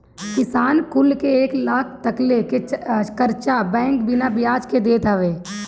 किसान कुल के एक लाख तकले के कर्चा बैंक बिना बियाज के देत हवे